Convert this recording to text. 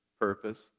purpose